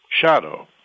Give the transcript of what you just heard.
shadow